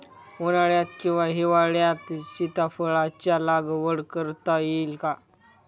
उन्हाळ्यात किंवा हिवाळ्यात सीताफळाच्या लागवड करता येईल का?